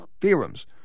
theorems